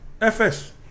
FS